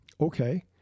Okay